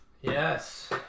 Yes